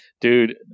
Dude